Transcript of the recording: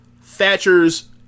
Thatcher's